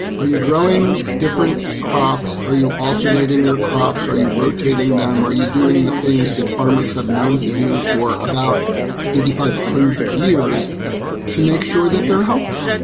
are you growing different crops? are you alternating your crops? are you rotating them or are you doing the things that farmers have known to do for about eighty five hundred years to make sure that they're healthy?